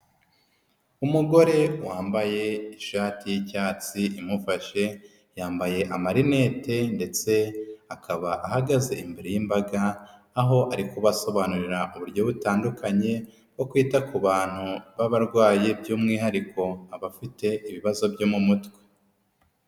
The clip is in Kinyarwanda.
Umugore wambaye ishati y'icyatsi imufashe, yambaye amarinete ndetse akaba ahagaze imbere y'imbaga aho ari kubasobanurira uburyo butandukanye bwo kwita ku bantu b'abarwayi by'umwihariko abafite ibibazo byo mu mutwe.